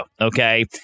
Okay